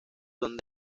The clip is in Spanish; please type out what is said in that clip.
son